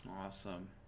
Awesome